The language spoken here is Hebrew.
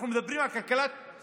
אנחנו מדברים על כלכלת המדינה,